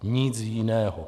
Nic jiného.